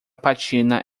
patina